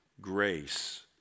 grace